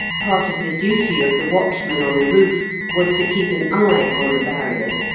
part of the duty of the watchman on the roof was to keep an eye on the barriers,